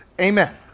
Amen